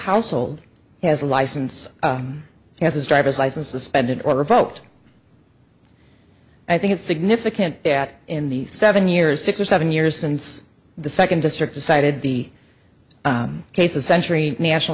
household has a license has his driver's license suspended or revoked i think it's significant that in the seven years six or seven years since the second district decided the case of century national